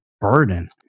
burden